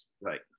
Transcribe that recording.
Right